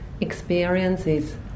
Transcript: experiences